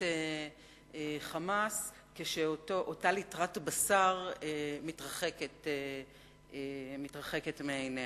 חמס כשאותה ליטרת הבשר מתרחקת מעיניה.